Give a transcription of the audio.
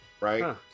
right